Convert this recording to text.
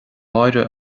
máire